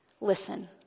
listen